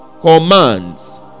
commands